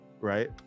Right